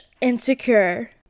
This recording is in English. insecure